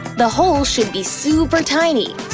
the holes should be super tiny,